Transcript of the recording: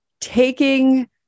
taking